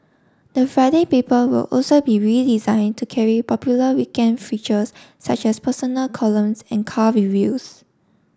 the Friday paper will also be redesign to carry popular weekend features such as personal columns and car reviews